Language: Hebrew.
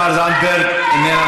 חברת הכנסת תמר זנדברג, איננה נוכחת.